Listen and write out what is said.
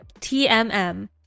TMM